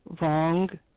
Wrong